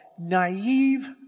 naive